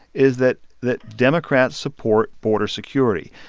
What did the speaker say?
is that that democrats support border security.